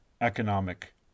economic